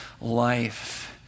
life